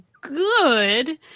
good